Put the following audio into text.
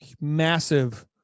massive